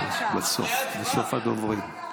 בסוף הדוברים.